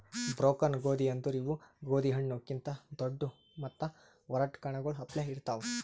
broken ಗೋದಿ ಅಂದುರ್ ಇವು ಗೋದಿ ಹಣ್ಣು ಕಿಂತ್ ದೊಡ್ಡು ಮತ್ತ ಒರಟ್ ಕಣ್ಣಗೊಳ್ ಅಪ್ಲೆ ಇರ್ತಾವ್